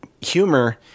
humor